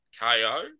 KO